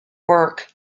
work